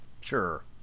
Sure